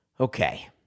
Okay